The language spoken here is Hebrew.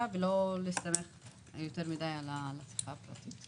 ולא להסתמך יותר מדי על הצריכה הפרטית.